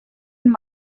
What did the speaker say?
and